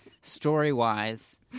story-wise